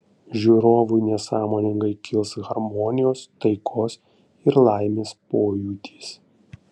žiūrovui nesąmoningai kils harmonijos taikos ir laimės pojūtis